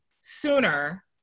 sooner